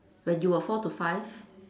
when you were four to five